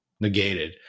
negated